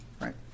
Right